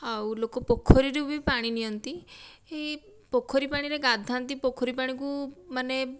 ଆଉ ଲୋକ ପୋଖରୀରୁ ବି ପାଣି ନିଅନ୍ତି ପୋଖରୀ ପାଣିରେ ଗାଧାନ୍ତି ପୋଖରୀ ପାଣିକୁ ମାନେ